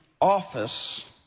office